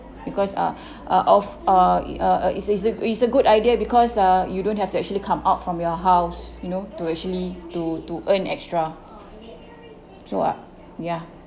because uh uh of uh i~ uh it's it's a it's a good idea because uh you don't have to actually come out from your house you know to actually to to earn extra so ah ya